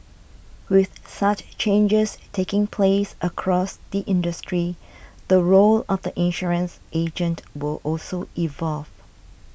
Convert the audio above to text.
with such changes taking place across the industry the role of the insurance agent will also evolve